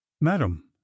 madam